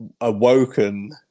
awoken